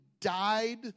died